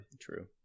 true